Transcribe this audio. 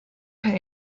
pay